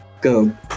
go